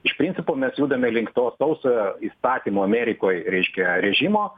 iš principo mes judame link to sausojo įstatymo amerikoj reiškia režimo